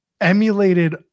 emulated